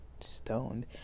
stoned